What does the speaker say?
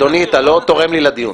אדוני, אתה לא תורם לי לדיון.